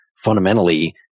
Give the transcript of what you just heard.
fundamentally